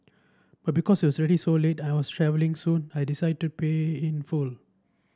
but because it was already so late and I was travelling soon I decided to pay in full